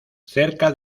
cerca